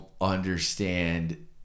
understand